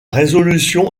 résolution